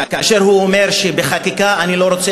כאשר הוא אומר: בחקיקה אני לא רוצה